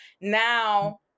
now